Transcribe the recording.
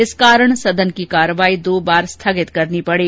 इस कारण सदन की कार्यवाही दो बार स्थगित करनी पड़ी